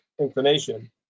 inclination